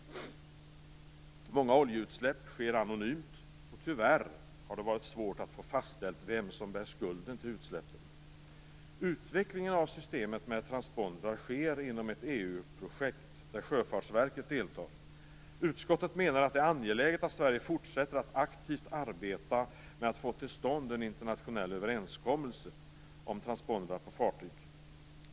Många oljeutsläpp sker anonymt, och tyvärr har det varit svårt att få fastställt vem som bär skulden till utsläppen. Utvecklingen av systemet med transpondrar sker inom ett EU-projekt där Sjöfartsverket deltar. Utskottet menar att det är angeläget att Sverige fortsätter att aktivt arbeta med att få till stånd en internationell överenskommelse om transpondrar på fartyg.